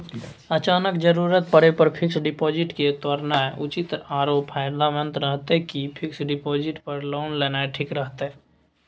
अचानक जरूरत परै पर फीक्स डिपॉजिट के तोरनाय उचित आरो फायदामंद रहतै कि फिक्स डिपॉजिट पर लोन लेनाय ठीक रहतै?